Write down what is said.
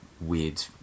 weird